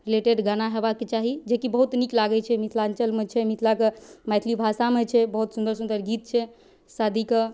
related गाना हेबाके चाही जेकि बहुत नीक लागै छै मिथिलाञ्चलमे छै मिथिलाके मैथिली भाषामे छै बहुत सुन्दर सुन्दर गीत छै शादीके